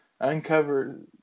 Uncovered